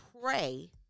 pray